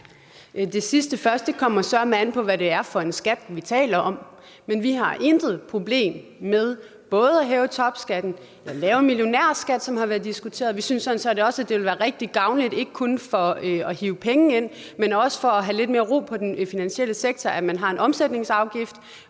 det sidste først: Det kommer søreme an på, hvad det er for en skat, vi taler om. Men vi har intet problem med både at hæve topskatten og lave en millionærskat, som har været diskuteret. Vi synes sådan set også, at det ville være rigtig gavnligt ikke kun for at hive penge ind, men også for at have lidt mere ro på den finansielle sektor, at man har en omsætningsafgift